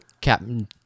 captain